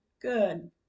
good